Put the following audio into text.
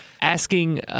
asking